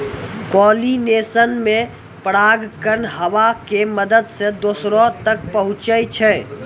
pollination मे परागकण हवा के मदत से दोसरो तक पहुचै छै